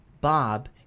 Bob